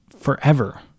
forever